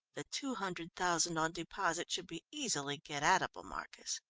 the two hundred thousand on deposit should be easily get-at-able, marcus,